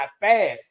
fast